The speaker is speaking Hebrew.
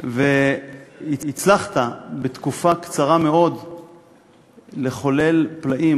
והצלחת בתקופה קצרה מאוד לחולל פלאים,